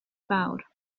fawr